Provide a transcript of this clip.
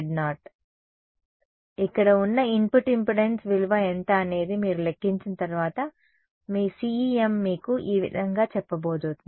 కాబట్టి ఇక్కడ ఉన్న ఇన్పుట్ ఇంపెడెన్స్ విలువ ఎంత అనేది మీరు లెక్కించిన తర్వాత మీ CEM మీకు ఈ విధంగా చెప్పబోతోంది